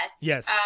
Yes